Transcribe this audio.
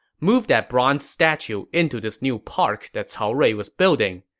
move that bronze statue into this new park that cao rui was building.